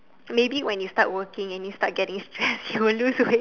maybe when you start working and you start getting stress you will lose weight